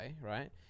right